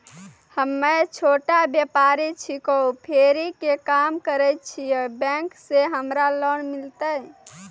हम्मे छोटा व्यपारी छिकौं, फेरी के काम करे छियै, बैंक से हमरा लोन मिलतै?